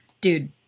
dude